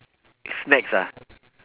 snacks ah